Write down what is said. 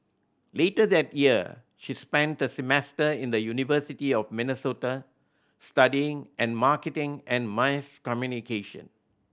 later that year she spent a semester in the University of Minnesota studying and marketing and mass communication